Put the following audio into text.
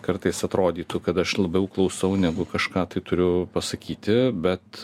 kartais atrodytų kad aš labiau klausau negu kažką tai turiu pasakyti bet